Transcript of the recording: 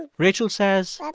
ah rachel says,